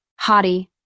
Hottie